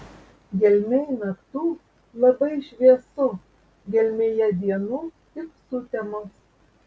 gelmėj naktų labai šviesu gelmėje dienų tik sutemos